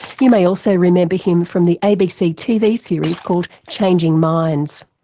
you may also remember him from the abc tv series called changing minds.